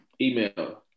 email